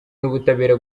n’ubutabera